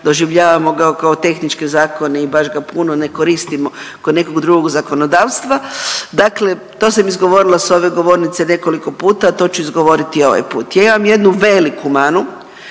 doživljavamo ga kao tehnički zakon i baš ga puno ne koristimo kod nekog drugo zakonodavstva. Dakle, to sam izgovorila s ove govornice nekoliko puta, a to ću izgovoriti i ovaj put. Ja imam jednu veliku manu,